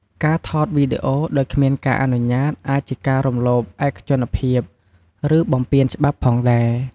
ការថតវីដេអូដោយគ្មានការអនុញ្ញាតអាចជាការរំលោភឯកជនភាព ឬបំពានច្បាប់ផងដែរ។